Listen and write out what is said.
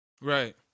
Right